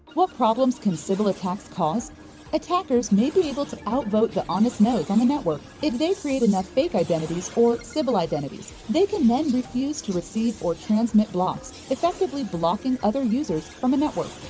what problems can sybil attacks cause attackers may be able to out vote the honest nodes on the network if they create enough fake identities or sybil identities they can then refuse to receive or transmit blocks effectively blocking other users from the network.